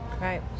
right